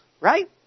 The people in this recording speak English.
right